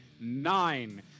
nine